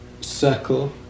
circle